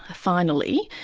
ah finally,